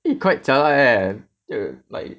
eh quite jialat eh uh like